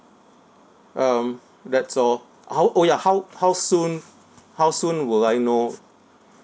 um that's all how orh ya how how soon how soon will I know